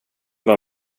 var